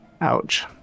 Ouch